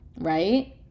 right